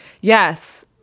Yes